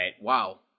wow